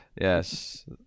Yes